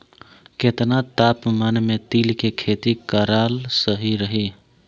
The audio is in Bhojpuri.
केतना तापमान मे तिल के खेती कराल सही रही?